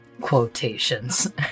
quotations